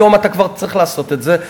היום אתה כבר צריך לעשות את זה.